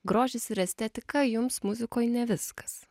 grožis ir estetika jums muzikoj ne viskas